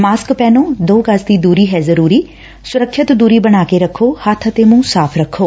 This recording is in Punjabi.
ਮਾਸਕ ਪਹਿਨੋ ਦੋ ਗਜ਼ ਦੀ ਦੂਰੀ ਹੈ ਜ਼ਰੂਰੀ ਸੁਰੱਖਿਅਤ ਦੂਰੀ ਬਣਾ ਕੇ ਰਖੋ ਹੱਬ ਅਤੇ ਮੁੰਹ ਸਾਫ਼ ਰੱਖੋ